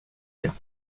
biens